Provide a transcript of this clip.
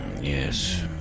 Yes